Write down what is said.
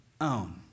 own